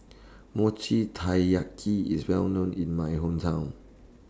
Mochi Taiyaki IS Well known in My Hometown